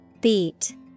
Beat